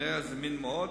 הנראה זמין מאוד,